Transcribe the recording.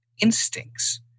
instincts